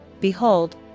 behold